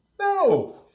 no